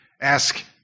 ask